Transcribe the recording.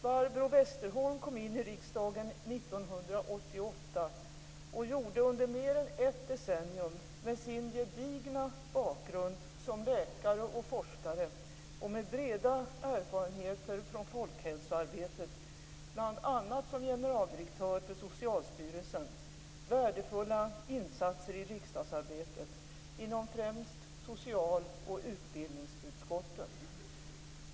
Barbro Westerholm kom in i riksdagen 1988 och gjorde under mer än ett decennium med sin gedigna bakgrund som läkare och forskare och med breda erfarenheter från folkhälsoarbetet, bl.a. som generaldirektör för Socialstyrelsen, värdefulla insatser i riksdagsarbetet inom främst socialoch utbildningsutskotten.